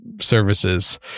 services